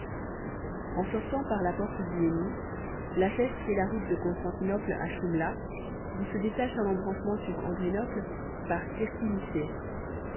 en sortant par la porte d'iéni la chaise prit la route de constantinople à choumla d'où se détache un embranchement sur